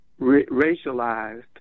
racialized